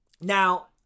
Now